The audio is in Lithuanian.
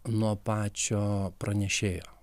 nuo pačio pranešėjo